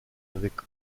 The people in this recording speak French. avec